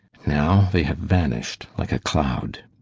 now they have vanished like a cloud.